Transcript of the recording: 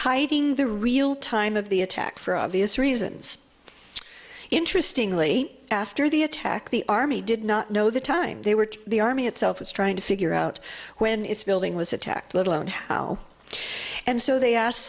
hiding the real time of the attack for obvious reasons interesting really after the attack the army did not know the time they were the army itself was trying to figure out when it's building was attacked little and how and so they asked